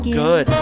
good